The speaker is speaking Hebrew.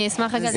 אני אשמח להתייחס.